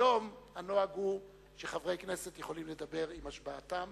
היום הנוהג הוא שחברי הכנסת יכולים לדבר עם השבעתם,